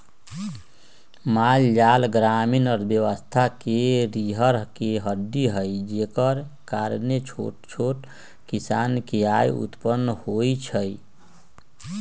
माल जाल ग्रामीण अर्थव्यवस्था के रीरह के हड्डी हई जेकरा कारणे छोट छोट किसान के आय उत्पन होइ छइ